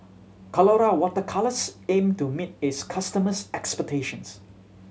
Colora Water Colours aim to meet its customers' expectations